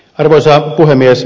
arvoisa puhemies